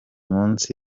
munsi